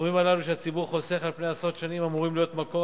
הסכומים הללו שהציבור חוסך על פני עשרות שנים אמורים להיות מקור